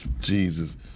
Jesus